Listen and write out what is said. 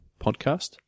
Podcast